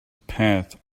path